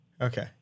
Okay